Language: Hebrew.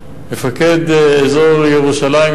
מפקד אזור ירושלים,